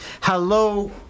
Hello